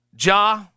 Ja